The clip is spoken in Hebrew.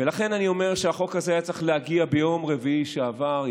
אני אומר שהחוק הזה היה צריך להגיע ביום רביעי שעבר.